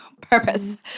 purpose